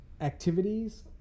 activities